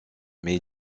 mais